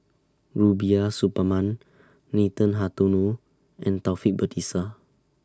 Rubiah Suparman Nathan Hartono and Taufik Batisah